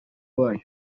wayo